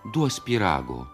duos pyrago